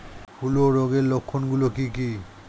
হূলো রোগের লক্ষণ গুলো কি কি?